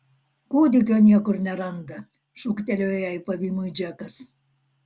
kūdikio niekur neranda šūktelėjo jai pavymui džekas